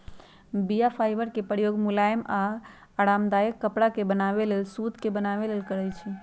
बीया फाइबर के प्रयोग मुलायम आऽ आरामदायक कपरा के बनाबे लेल सुत के बनाबे लेल करै छइ